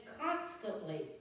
constantly